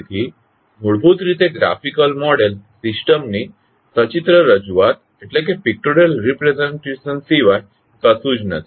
તેથી મૂળભૂત રીતે ગ્રાફિકલ મોડેલ સિસ્ટમની સચિત્ર રજૂઆત સિવાય કશું જ નથી